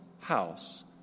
house